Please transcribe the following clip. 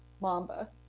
Mamba